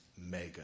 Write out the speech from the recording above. mega